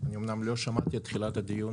אומנם לא שמעתי את תחילת הדיון,